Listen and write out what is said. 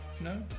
No